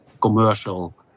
commercial